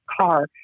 car